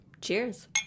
cheers